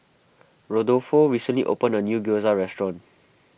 Rodolfo recently opened a new Gyoza restaurant